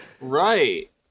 Right